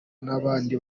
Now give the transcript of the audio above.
n’abandi